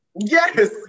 yes